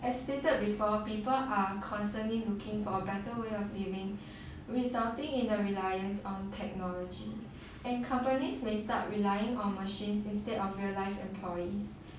as stated before people are constantly looking for a better way of living resulting in a reliance on technology and companies may start relying on machines instead of real life employee